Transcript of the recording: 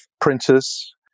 printers